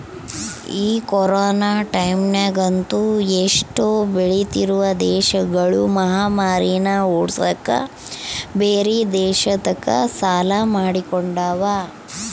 ಈ ಕೊರೊನ ಟೈಮ್ಯಗಂತೂ ಎಷ್ಟೊ ಬೆಳಿತ್ತಿರುವ ದೇಶಗುಳು ಮಹಾಮಾರಿನ್ನ ಓಡ್ಸಕ ಬ್ಯೆರೆ ದೇಶತಕ ಸಾಲ ಮಾಡಿಕೊಂಡವ